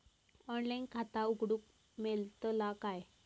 Online खाता उघडूक मेलतला काय?